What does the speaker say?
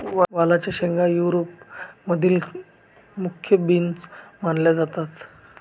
वालाच्या शेंगा युरोप मधील मुख्य बीन्स मानल्या जातात